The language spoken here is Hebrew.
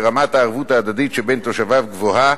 ורמת הערבות ההדדית שבין תושביו גבוהה,